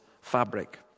fabric